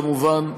כמובן,